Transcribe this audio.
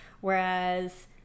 whereas